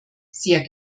sehr